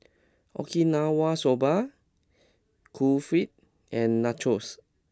Okinawa Soba Kulfi and Nachos